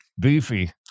beefy